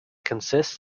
consists